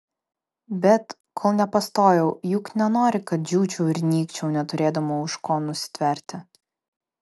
bet kol nepastojau juk nenori kad džiūčiau ir nykčiau neturėdama už ko nusitverti